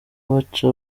baca